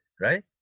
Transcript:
right